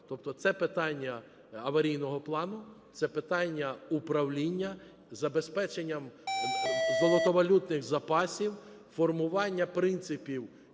Тобто це питання аварійного плану, це питання управління забезпеченням золотовалютних запасів, формування принципів